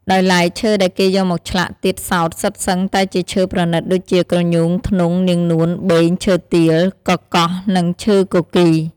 ដោយឡែកឈើដែលគេយកមកឆ្លាក់ទៀតសោតសុទ្ធសឹងតែជាឈើប្រណិតដូចជា ក្រញូង ធ្នង់ នាងនួន បេង ឈើទាល កកោះ និងឈើគគី ។